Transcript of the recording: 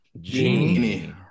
Genie